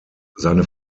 seine